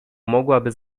mogłaby